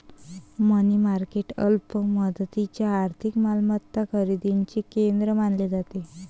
मनी market अल्प मुदतीच्या आर्थिक मालमत्ता खरेदीचे केंद्र मानले जाते